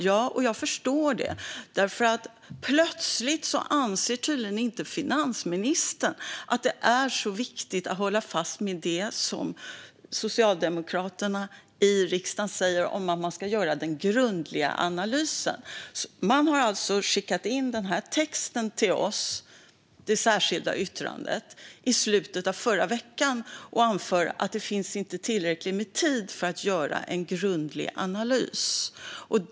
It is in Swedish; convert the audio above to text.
Jag förstår det, för plötsligt anser finansministern tydligen inte att det är så viktigt att hålla fast vid det som socialdemokraterna säger i riksdagen om att man ska göra en grundlig analys. Man skickade den här texten - det särskilda yttrandet - till oss i slutet av förra veckan och anförde att det inte fanns tillräcklig tid för att göra en grundlig analys.